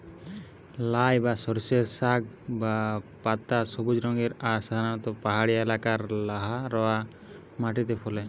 লাই বা সর্ষের শাক বা পাতা সবুজ রঙের আর সাধারণত পাহাড়িয়া এলাকারে লহা রওয়া মাটিরে ফলে